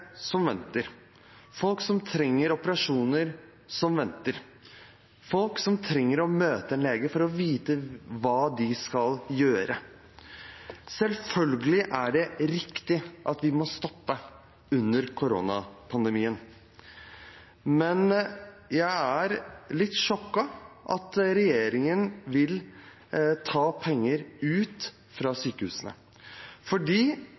som venter, folk som trenger operasjoner, som venter, og folk som trenger å møte en lege for å vite hva de skal gjøre. Selvfølgelig er det riktig at vi må stoppe under koronapandemien, men jeg er litt sjokkert over at regjeringen vil ta penger fra